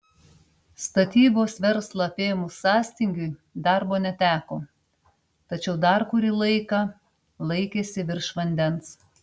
statybos verslą apėmus sąstingiui darbo neteko tačiau dar kurį laiką laikėsi virš vandens